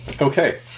Okay